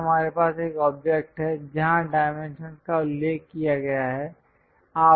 यहां हमारे पास एक ऑब्जेक्ट है जहां डाइमेंशंस का उल्लेख किया गया है